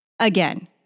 Again